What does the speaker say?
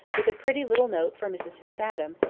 with a pretty little note for mrs fitz-adam,